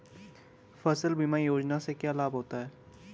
फसल बीमा योजना से क्या लाभ होता है?